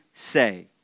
say